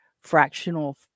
fractional